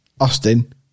Austin